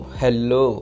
hello